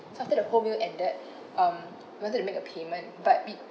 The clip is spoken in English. it's after the whole meal and that um we wanted to make a payment but we